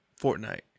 Fortnite